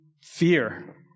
fear